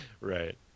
right